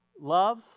love